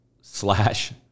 slash